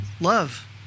love